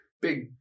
big